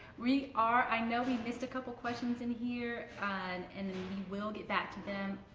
we are i know we missed a couple questions in here and and and we will get back to them,